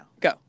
Go